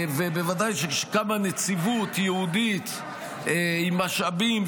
ובוודאי שכאשר קמה נציבות ייעודית עם משאבים,